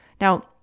Now